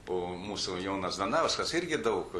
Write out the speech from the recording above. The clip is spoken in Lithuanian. po mūsų jonas danauskas irgi daug